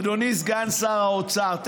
אדוני סגן שר האוצר,